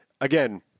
Again